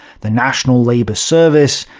the national labour service,